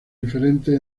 diferentes